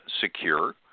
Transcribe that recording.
secure